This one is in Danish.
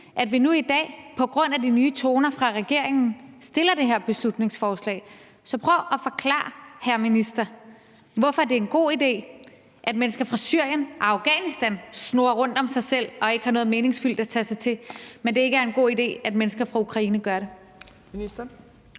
at vi nu i dag på grund af de nye toner fra regeringen fremsætter det her beslutningsforslag. Så prøv at forklare, hr. minister, hvorfor det er en god idé, at mennesker fra Syrien og Afghanistan snurrer rundt om sig selv og ikke har noget meningsfyldt at tage sig til, men det ikke er en god idé, at mennesker fra Ukraine gør det.